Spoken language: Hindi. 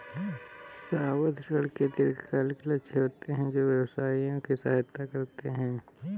सावधि ऋण के दीर्घकालिक लक्ष्य होते हैं जो व्यवसायों की सहायता करते हैं